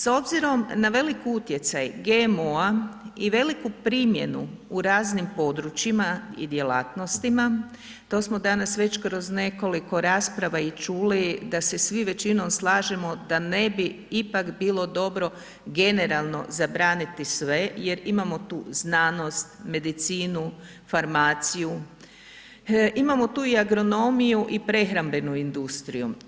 S obzirom na velik utjecaj GMO-a i veliku primjenu u raznim područjima i djelatnostima to smo danas već kroz nekoliko rasprava i čuli da se svi većinom slažemo da ne bi ipak bilo dobro generalno zabraniti sve jer imamo tu znanost, medicinu, farmaciju, imamo tu i agronomiju i prehrambenu industriju.